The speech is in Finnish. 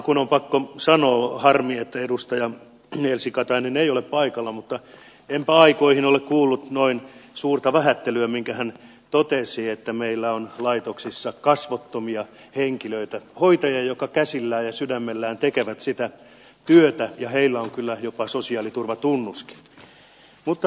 alkuun on pakko sanoa että on harmi että edustaja elsi katainen ei ole paikalla mutta enpä aikoihin ole kuullut noin suurta vähättelyä minkä hän totesi että meillä on laitoksissa kasvottomia henkilöitä hoitajia jotka käsillään ja sydämellään tekevät sitä työtä ja heillä on kyllä jopa sosiaaliturvatunnuskin